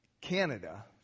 Canada